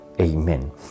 Amen